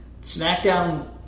SmackDown